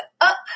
up